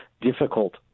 difficult